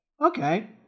Okay